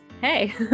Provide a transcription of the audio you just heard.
Hey